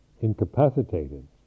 incapacitated